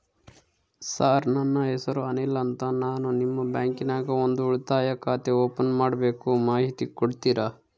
Sir ನನ್ನ ಹೆಸರು ಅನಿಲ್ ಅಂತ ನಾನು ನಿಮ್ಮ ಬ್ಯಾಂಕಿನ್ಯಾಗ ಒಂದು ಉಳಿತಾಯ ಖಾತೆ ಓಪನ್ ಮಾಡಬೇಕು ಮಾಹಿತಿ ಕೊಡ್ತೇರಾ?